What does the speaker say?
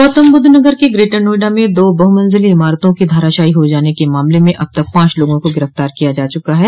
गौतमबुद्ध नगर के ग्रेटर नोएडा में दो बहुमंजिली इमारतों के धराषायी हो जाने के मामले में अब तक पांच लोगों को गिरफ्तार किया जा चुका है